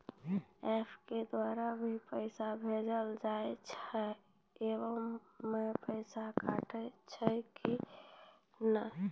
App के द्वारा भी पैसा भेजलो जाय छै आबै मे पैसा कटैय छै कि नैय?